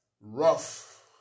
Rough